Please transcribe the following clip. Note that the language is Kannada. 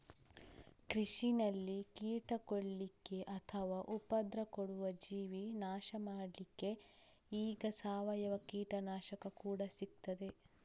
ಕೃಷಿನಲ್ಲಿ ಕೀಟ ಕೊಲ್ಲಿಕ್ಕೆ ಅಥವಾ ಉಪದ್ರ ಕೊಡುವ ಜೀವಿ ನಾಶ ಮಾಡ್ಲಿಕ್ಕೆ ಈಗ ಸಾವಯವ ಕೀಟನಾಶಕ ಕೂಡಾ ಸಿಗ್ತದೆ